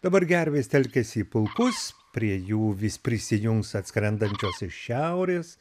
dabar gervės telkiasi į pulkus prie jų vis prisijungs atskrendančios iš šiaurės